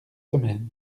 semaines